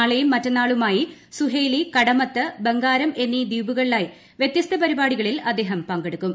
നാളെയും മറ്റന്നാളുമായി സുഹേലി കടമത്ത് ബംഗാരം എന്നീ ദ്വീപുകളിലായി വൃത്യസ്ത പരിപാടികളിൽ അദ്ദേഹം പങ്കെടുക്കും